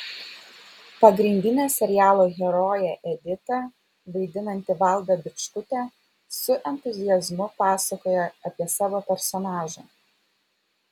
pagrindinę serialo heroję editą vaidinanti valda bičkutė su entuziazmu pasakoja apie savo personažą